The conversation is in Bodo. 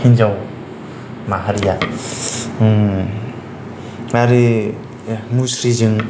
हिन्जाव माहारिया आरो मुस्रिजों